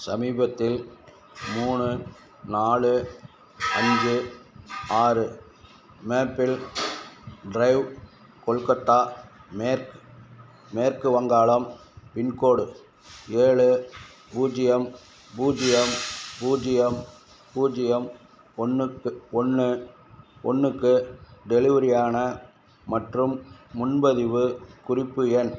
சமீபத்தில் மூணு நாலு அஞ்சு ஆறு மேப்பில் ட்ரைவ் கொல்கத்தா மேற்கு மேற்கு வங்காளம் பின்கோடு ஏழு பூஜ்ஜியம் பூஜ்ஜியம் பூஜ்ஜியம் பூஜ்ஜியம் ஒன்றுக்கு ஒன்று ஒன்றுக்கு டெலிவரி ஆன மற்றும் முன்பதிவு குறிப்பு எண்